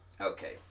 Okay